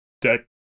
deck